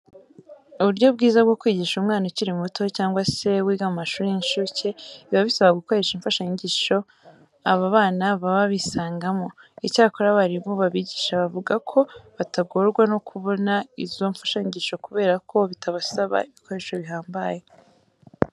Uburyo bwiza bwo kwigisha umwana ukiri muto cyangwa se wiga mu mashuri y'incuke, biba bisaba gukoresha imfashanyigisho aba bana baba bisangamo. Icyakora abarimu babigisha bavuga ko batagorwa no kubona izo mfashanyigisho kubera ko bitabasaba ibikoresho bihambaye.